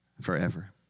forever